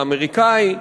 האמריקני,